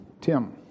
Tim